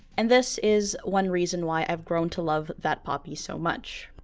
and this is one reason why i've grown to love thatpoppy so much.